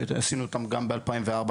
שעשינו אותם גם ב-2004,